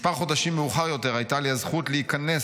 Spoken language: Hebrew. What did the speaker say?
כמה חודשים מאוחר יותר הייתה לי הזכות להיכנס